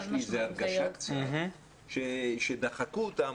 יש לי הרגשה קצת שדחקו אותם.